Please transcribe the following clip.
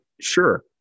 Sure